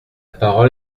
parole